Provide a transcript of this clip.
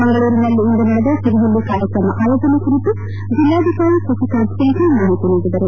ಮಂಗಳೂರಿನಲ್ಲಿಂದು ನಡೆದ ಸಭೆಯಲ್ಲಿ ಕಾರ್ಯಕ್ರಮ ಆಯೋಜನೆ ಕುರಿತು ಜಿಲ್ಲಾಧಿಕಾರಿ ಸಸಿಕಾಂತ್ ಸೆಂಥಿಲ್ ಮಾಹಿತಿ ನೀಡಿದರು